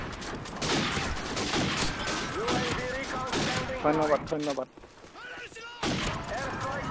ধন্যবাদ ধন্যবাদ